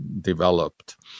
developed